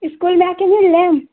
school में आके मिल लें हम